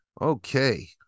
Okay